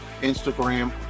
Instagram